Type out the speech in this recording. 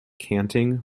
canting